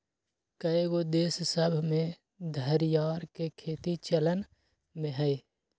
कएगो देश सभ में घरिआर के खेती चलन में हइ